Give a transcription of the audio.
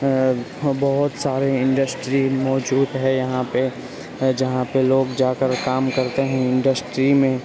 بہت سارے انڈسٹری موجود ہے یہاں پہ جہاں پہ لوگ جا کر کام کرتے ہیں انڈسٹری میں